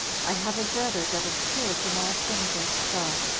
i have a brother that is pure from all sin against god,